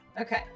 Okay